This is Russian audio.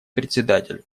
председатель